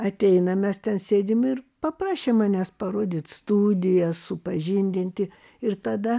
ateina mes ten sėdim ir paprašė manęs parodyt studiją supažindinti ir tada